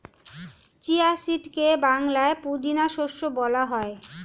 chia সিডকে বাংলায় পুদিনা শস্য বলা হয়